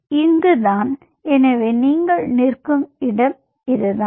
எனவே இங்குதான் எனவே நீங்கள் நிற்கும் இடம் இதுதான்